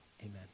Amen